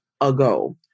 ago